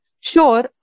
Sure